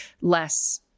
less